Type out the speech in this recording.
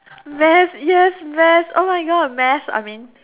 math yes math oh my god math I mean